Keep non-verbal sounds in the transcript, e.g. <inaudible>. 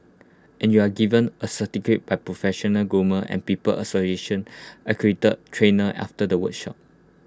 and you are given A <unintelligible> by professional groomer and people association accredited trainer after the workshop